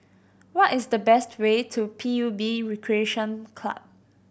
what is the easiest way to P U B Recreation Club